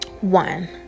One